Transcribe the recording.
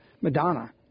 Madonna